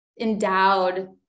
endowed